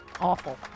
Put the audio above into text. awful